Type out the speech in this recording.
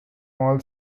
mall